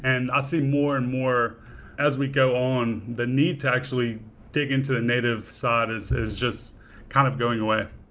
and i see more and more as we go on, the need to actually dig into a native side is is just kind of going away.